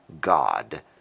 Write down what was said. God